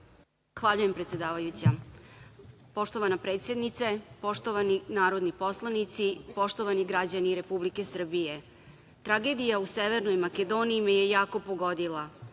Zahvaljujem, predsedavajuća. Poštovana predsednice, poštovani narodni poslanici, poštovani građani Republike Srbije, tragedija u Severnoj Makedoniji me je jako pogodila.